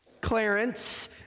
Clarence